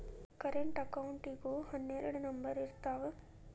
current ಅಕೌಂಟಿಗೂ ಹನ್ನೆರಡ್ number ಇರ್ತಾವ